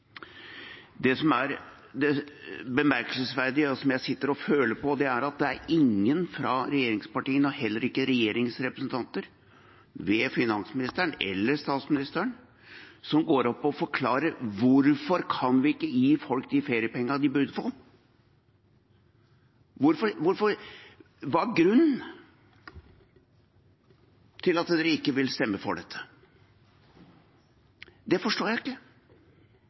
Det som er det bemerkelsesverdige, og som jeg sitter og føler på, er at det er ingen fra regjeringspartiene, og heller ikke regjeringsrepresentanter, finansministeren eller statsministeren, som går opp og forklarer: Hvorfor kan vi ikke gi folk de feriepengene de burde få? Hva er grunnen til at de ikke vil stemme for dette? Det forstår jeg ikke.